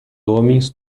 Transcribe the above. homens